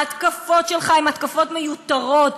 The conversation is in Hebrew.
ההתקפות שלך הן התקפות מיותרות,